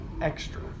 extra